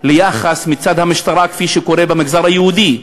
ליחס מצד המשטרה כפי שקורה במגזר היהודי.